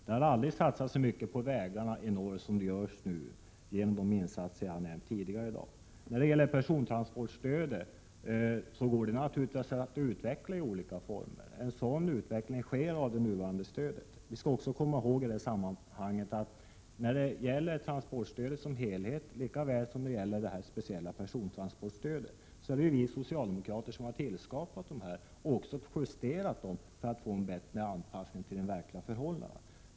Det har aldrig satsats så mycket på vägarna i norr som nu, genom de insatser som jag har nämnt tidigare i dag. Persontransportstödet kan naturligtvis utvecklas i olika former. En sådan utveckling av det nuvarande stödet sker också. Man skall vidare komma ihåg beträffande såväl transportstödet som helhet som det speciella persontransportstödet att det är vi socialdemokrater som har tillskapat dessa stöd och även har justerat dem för att få en bättre anpassning till de verkliga förhållandena.